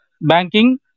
Banking